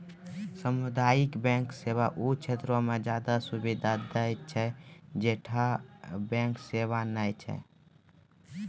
समुदायिक बैंक सेवा उ क्षेत्रो मे ज्यादे सुविधा दै छै जैठां बैंक सेबा नै छै